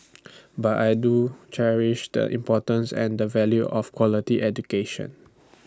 but I do cherish the importance and the value of quality education